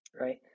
right